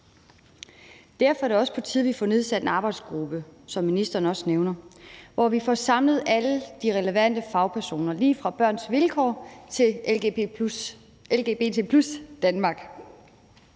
Derfor er det også på tide, at vi får nedsat en arbejdsgruppe, som ministeren også nævner, hvor vi får samlet alle de relevante fagpersoner lige fra Børns Vilkår til LGBT+